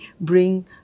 bring